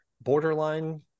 borderline